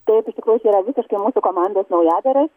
taip iš tikrųjų jis yra visiškai mūsų komandos naujadaras